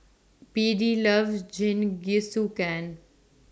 Beadie loves Jingisukan